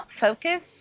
Focus